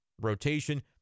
rotation